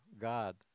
God